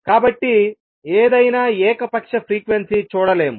కాబట్టి ఏదైనా ఏకపక్ష ఫ్రీక్వెన్సీ చూడలేము